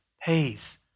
pays